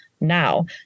now